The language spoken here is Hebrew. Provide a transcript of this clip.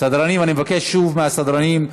סדרנים, אני מבקש שוב מהסדרנים.